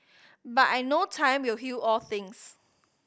but I know time will heal all things